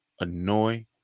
annoy